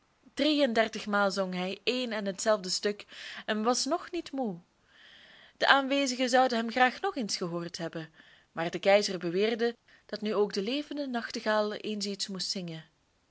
drie en dertig maal zong hij één en hetzelfde stuk en was nog niet moe de aanwezigen zouden hem graag nog eens gehoord hebben maar de keizer beweerde dat nu ook de levende nachtegaal eens iets moest zingen